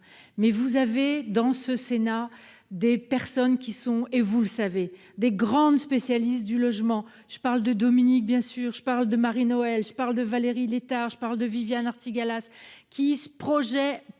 mais vous avez dans ce Sénat des personnes qui sont et vous le savez, des grandes, spécialiste du logement, je parle de Dominique, bien sûr, je parle de Marie-Noëlle, je parle de Valérie Létard, je parle de Viviane Artigalas qui projet